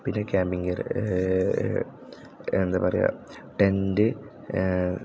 പിന്നെ camping gear എന്താ പറയുക ടെൻറ്റ്